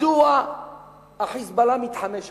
מדוע ה"חיזבאללה" מתחמש היום?